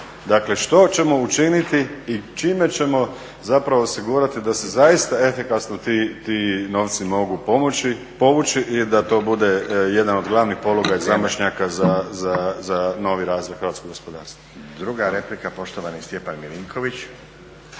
Dakle što ćemo učiniti i čime ćemo zapravo osigurati da se zaista efikasno ti novci mogu povući i da to bude jedan od glavnih poluga i zamašnjaka za novi razvoj hrvatskog gospodarstva. **Stazić, Nenad (SDP)** Vrijeme. Druga replika, poštovani Stjepan Milinković.